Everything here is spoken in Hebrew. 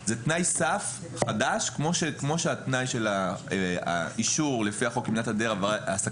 זה תנאי סף חדש כמו התנאי של האישור לפי החוק למניעת העסקת